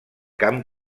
camp